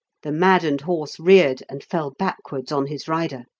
the maddened horse reared and fell backwards on his rider.